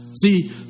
See